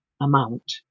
amount